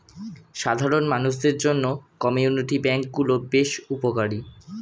সাধারণ মানুষদের জন্য কমিউনিটি ব্যাঙ্ক গুলো বেশ উপকারী